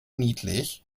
niedlich